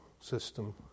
system